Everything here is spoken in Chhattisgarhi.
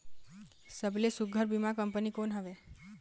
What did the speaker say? सबले सुघ्घर बीमा कंपनी कोन हवे?